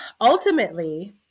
Ultimately